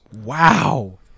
Wow